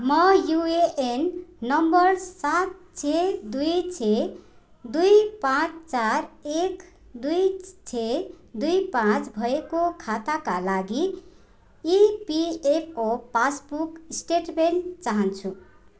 म UAN number सात छ दुई छ दुई पाँच चार एक दुई छ दुई पाँच भएको खाताका लागि इपिएफओ पासबुक स्टेटमेन्ट चाहन्छु